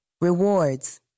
Rewards